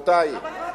רבותי, אבל איפה אתם?